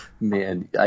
Man